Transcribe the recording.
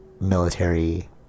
military